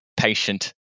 patient